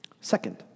Second